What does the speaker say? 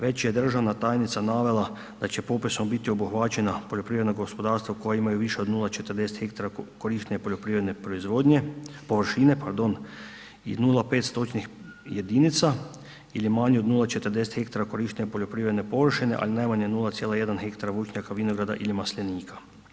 Već je državna tajnica navela da će popisom biti obuhvaćena poljoprivredna gospodarstva koja imaju više od 0,40 hektara korištenja poljoprivredne proizvodnje, površine pardon i 0,5 stočnih jedinica ili manje od 0,40 hektara korištenja poljoprivredne površine, ali najmanje 0,1 hektara voćnjaka, vinograda ili maslinika.